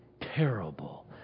terrible